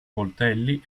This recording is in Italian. coltelli